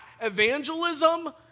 evangelism